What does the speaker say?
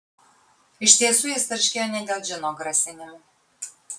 iš tiesų jis tarškėjo ne dėl džino grasinimų